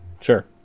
Sure